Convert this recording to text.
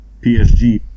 PSG